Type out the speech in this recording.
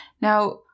Now